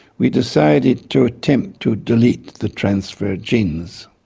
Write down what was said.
we decided to attempt to delete the transfer genes.